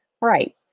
right